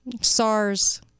SARS